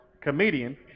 Comedian